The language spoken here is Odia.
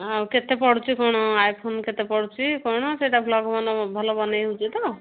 ଆଉ କେତେ ପଡ଼ୁଛି କ'ଣ ଆଇଫୋନ୍ କେତେ ପଡ଼ୁଛି କ'ଣ ସେଇଟା ବ୍ଲଗ୍ ବନ ଭଲ ବନେଇ ହେଉଛି ତ